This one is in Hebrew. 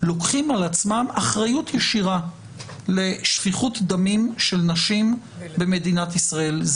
לוקחים על עצמם אחריות ישירה לשפיכות דמים של נשים במדינת ישראל.